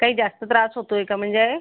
काही जास्त त्रास होतो आहे का म्हणजे